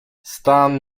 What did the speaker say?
stan